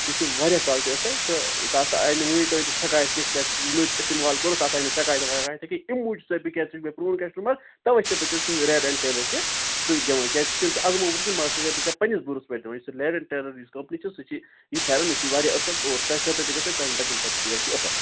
سُہ چھِ واریاہ کالٹی اَصٕل تہٕ تَتھ آیہِ نہٕ ؤنیُک تام تہِ شکایت کِہیٖنۍ تِکیٛازِ سُہ یِمَو تہِ استعمال کوٚر تَتھ آیہِ نہ شکایتاہ وکایتاہ کیٚنہہ أمۍ موجوٗب چھُسٕے بہٕ کیٛازِ ژٕ چھُکھ مےٚ پرون کَسٹَمَر تَوَے چھُسٕے بہٕ ژےٚ سُہ ریڈ ایٚنٛڈ ٹٮ۪لَر تہِ سُے دِوان کیٛازِ سُہ چھی نہٕ ژےٚ ازمومُت کیٚنہہ مگر سُہ چھُسَے بہٕ ژےٚ پَنٛنِس بروٗسَس پٮ۪ٹھ دِوان سُہ ریڈ ایٚنٛڈ ٹٮ۪لَر یُس کمپنی چھِ سُہ چھی یہِ پھٮ۪رَن یہِ چھی اَصٕل اور تۄہہِ خٲطرٕ تہِ گژھِ تُہٕنٛدٮ۪ن بَچَن خٲطرٕ تہِ گژھِ یہِ اَصٕل